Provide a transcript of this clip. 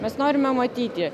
mes norime matyti